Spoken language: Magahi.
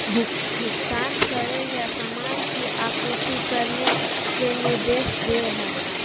भुगतान करे या सामान की आपूर्ति करने के निर्देश दे हइ